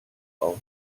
aus